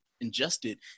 ingested